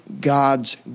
God's